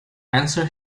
answer